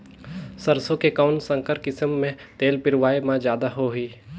सरसो के कौन संकर किसम मे तेल पेरावाय म जादा होही?